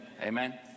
Amen